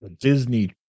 disney